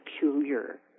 peculiar